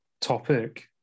topic